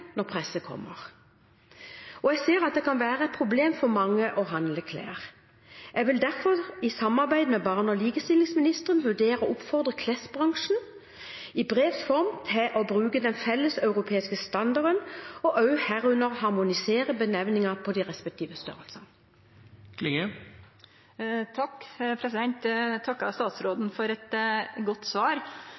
når presset kommer. Jeg ser at det kan være et problem for mange å handle klær. Jeg vil derfor, i samarbeid med barne- og likestillingsministeren, vurdere i brevs form å oppfordre klesbransjen til å bruke den felles europeiske standarden og herunder harmonisere benevningen på de respektive størrelsene. Eg takkar statsråden for eit godt svar